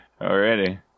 already